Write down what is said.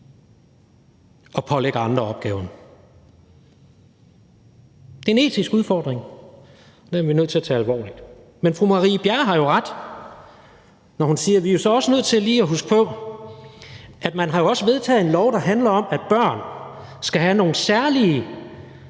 og pålægger andre opgaven. Det er en etisk udfordring – den er vi nødt til at tage alvorligt. Men fru Marie Bjerre har ret, når hun siger, at vi så også er nødt til lige at huske på, at man jo også har vedtaget et lovforslag, der handler om, at børn skal have nogle særlige